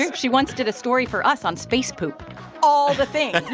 like she once did a story for us on space poop all the things.